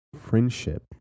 friendship